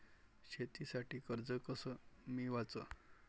शेतीसाठी कर्ज कस मिळवाच?